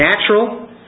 natural